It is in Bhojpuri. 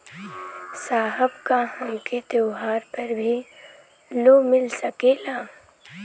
साहब का हमके त्योहार पर भी लों मिल सकेला?